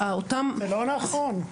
לא נכון.